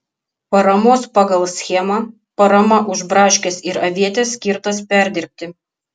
paramos pagal schemą parama už braškes ir avietes skirtas perdirbti